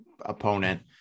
opponent